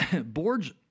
boards